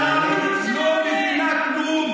אדם בור, לא מבינה כלום.